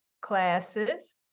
classes